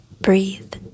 Breathe